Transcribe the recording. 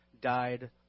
died